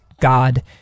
god